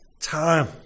time